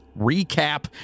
recap